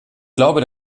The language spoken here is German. glaube